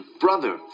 brother